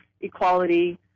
equality